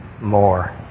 more